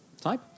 type